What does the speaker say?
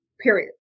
period